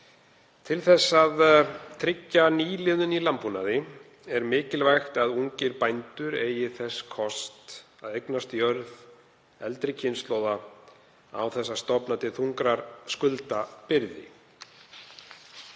Til þess að tryggja nýliðun í landbúnaði er mikilvægt að ungir bændur eigi þess kost að eignast jörð eldri kynslóða án þess að stofna til þungrar skuldabyrði.